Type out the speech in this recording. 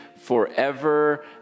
forever